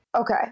Okay